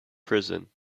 prison